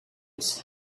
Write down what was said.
his